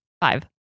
Five